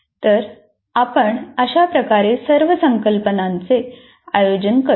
तर आपण अशा प्रकारे सर्व संकल्पनांचे आयोजन करतो